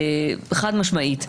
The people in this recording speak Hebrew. חד משמעית,